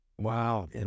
Wow